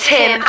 Tim